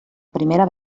primera